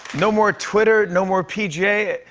no more twitter, no more pga.